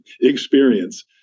experience